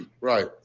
right